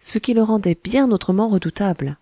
ce qui le rendait bien autrement redoutable